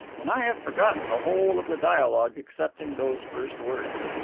and i have forgotten the whole of the dialogue excepting those first words.